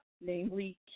namely